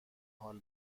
حال